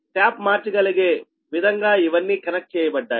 tap మార్చగలిగే విధంగా ఇవన్నీ కనెక్ట్ చేయబడ్డాయి